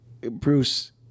Bruce